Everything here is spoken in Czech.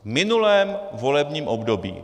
V minulém volebním období.